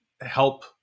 help